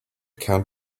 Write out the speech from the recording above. count